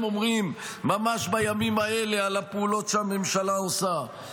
אומרים ממש בימים האלה על הפעולות שהממשלה עושה.